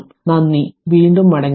നന്ദി വീണ്ടും മടങ്ങിവരും